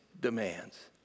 demands